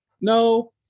no